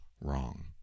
wrong